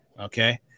Okay